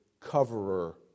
coverer